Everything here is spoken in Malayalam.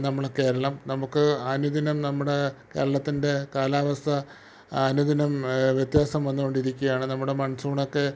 നമ്മളെ കേരളം നമുക്ക് അനുദിനം നമ്മുടെ കേരളത്തിൻ്റെ കാലാവസ്ഥ അനുദിനം വ്യത്യാസം വന്നുകൊണ്ടിരിക്കുകയാണ് നമ്മുടെ മൺസൂണൊക്കെ